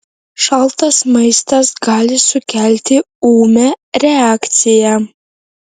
šaltas maistas gali sukelti ūmią reakciją